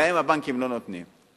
להם הבנקים לא נותנים.